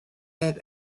have